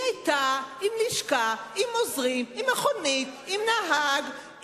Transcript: היא היתה עם לשכה, עם עוזרים, עם מכונית, עם נהג.